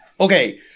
okay